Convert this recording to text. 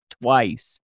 twice